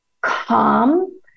calm